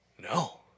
No